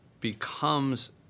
becomes